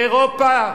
באירופה,